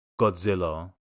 Godzilla